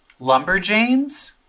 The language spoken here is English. Lumberjanes